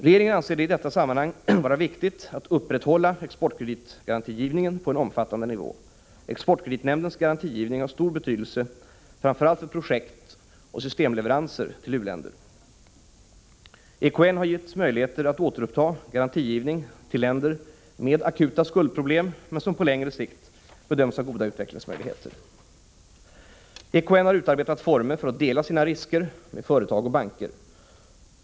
Regeringen anser det i detta sammanhang vara viktigt att upprätthålla exportkreditgarantigivningen på en omfattande nivå. Exportkreditnämndens garantigivning har stor betydelse framför allt för projekt och systemleveranser till u-länder. EKN har givits möjligheter att återuppta garantigivning till länder med akuta skuldproblem men som på längre sikt bedöms ha goda utvecklingsmöjligheter. EKN har utarbetat former för att dela sina risker med företag och banker.